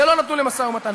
זה לא נתון למשא-ומתן.